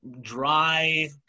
dry